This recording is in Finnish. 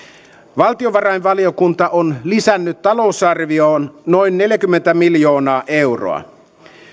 valtiovarainvaliokunta on lisännyt talousarvioon noin neljäkymmentä miljoonaa euroa